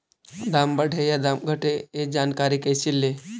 दाम बढ़े या दाम घटे ए जानकारी कैसे ले?